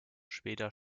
später